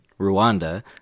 Rwanda